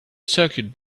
circuit